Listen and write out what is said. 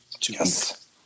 Yes